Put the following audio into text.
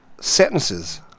sentences